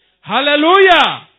Hallelujah